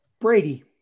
Brady